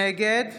נגד